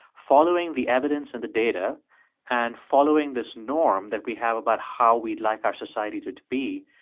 following the evidence and the data and following this norm that we have about how we'd like our society to to be,